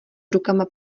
rukama